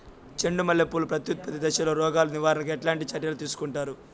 చెండు మల్లె పూలు ప్రత్యుత్పత్తి దశలో రోగాలు నివారణకు ఎట్లాంటి చర్యలు తీసుకుంటారు?